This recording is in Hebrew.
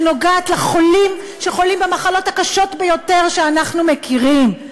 שנוגעת לחולים שחולים במחלות הקשות ביותר שאנחנו מכירים.